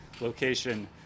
location